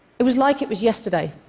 it was like it was yesterday.